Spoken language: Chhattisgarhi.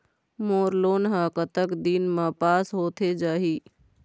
मोर लोन हा कतक दिन मा पास होथे जाही?